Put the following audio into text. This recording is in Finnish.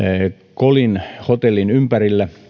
kolin hotellin ympärillä